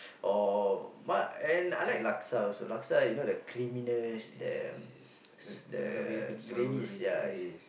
or what and I like laksa also laksa you know the creaminess the s~ the gravy is ya is